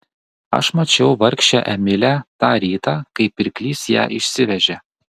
aš mačiau vargšę emilę tą rytą kai pirklys ją išsivežė